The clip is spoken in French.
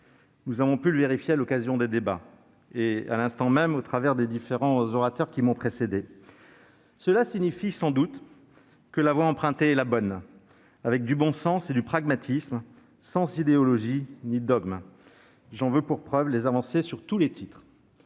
nous l'avons constaté au cours des débats ou encore à l'instant même, à travers les interventions des orateurs qui m'ont précédé. Cela signifie sans doute que la voie empruntée est la bonne, avec du bon sens et du pragmatisme, sans idéologie ni dogme. J'en veux pour preuve les avancées à tous les titres